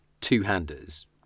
two-handers